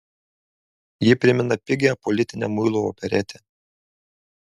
ji primena pigią politinę muilo operetę